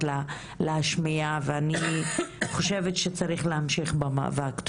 להשמיע ואני חושבת שצריך להמשיך במאבק הזה.